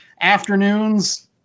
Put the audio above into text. afternoons